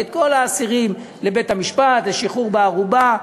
את כל האסירים לבית-המשפט ולשחרר בערובה,